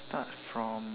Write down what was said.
start from